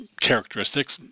characteristics